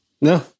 No